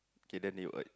K then they will earn